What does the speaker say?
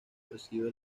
percibe